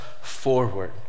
forward